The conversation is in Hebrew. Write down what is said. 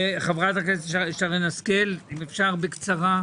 חברת הכנסת שרן השכל, אם אפשר בקצרה.